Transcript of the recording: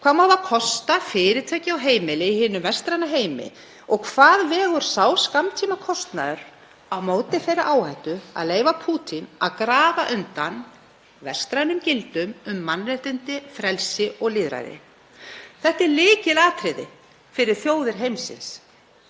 Hvað má það kosta fyrirtæki og heimili í hinum vestræna heimi og hvað vegur sá skammtímakostnaður á móti þeirri áhættu að leyfa Pútín að grafa undan vestrænum gildum um mannréttindi, frelsi og lýðræði? Þetta er lykilatriði fyrir þjóðir heimsins